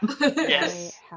Yes